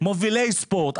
מובילי ספורט,